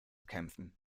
kämpfen